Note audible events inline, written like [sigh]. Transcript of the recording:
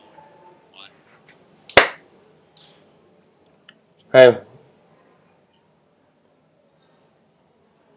[noise]